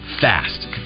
fast